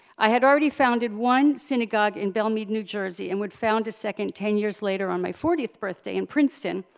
i had already founded one synagogue in belmead, new jersey, and would found a second ten years later on my fortieth birthday in princeton,